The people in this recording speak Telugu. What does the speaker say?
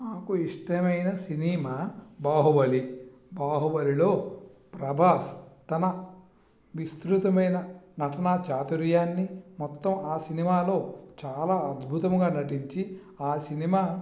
మాకు ఇష్టమైన సినిమా బాహుబలి బాహుబలిలో ప్రభాస్ తన విస్తృతమైన నటనా చాతుర్యాన్ని మొత్తం ఆ సినిమాలో చాలా అద్భుతంగా నటించి ఆ సినిమా